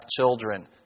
children